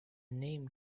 name